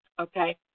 Okay